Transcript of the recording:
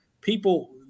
People